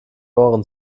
ohren